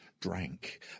drank